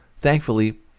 Thankfully